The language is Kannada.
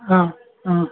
ಹಾಂ ಹಾಂ